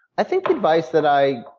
i think the advice that i